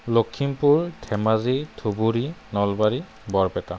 Lakhimpur Dhemaji Dhubri Nalbari Barpeta